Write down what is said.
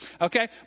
Okay